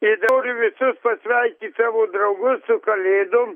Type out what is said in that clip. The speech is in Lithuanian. ir noriu visus pasveikyt savo draugus su kalėdom